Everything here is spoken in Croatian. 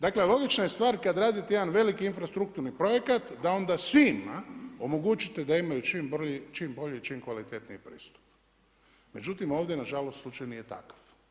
Dakle logična je stvar kada radite jedan veliki infrastrukturni projekat da onda svima omogućite da imaju čim bolji i čim kvalitetniji pristup, međutim ovdje nažalost slučaj nije takav.